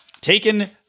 taken